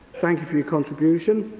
thank you for your contribution.